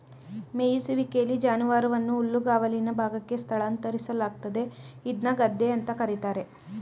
ಮೆಯಿಸುವಿಕೆಲಿ ಜಾನುವಾರುವನ್ನು ಹುಲ್ಲುಗಾವಲಿನ ಭಾಗಕ್ಕೆ ಸ್ಥಳಾಂತರಿಸಲಾಗ್ತದೆ ಇದ್ನ ಗದ್ದೆ ಅಂತ ಕರೀತಾರೆ